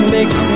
Make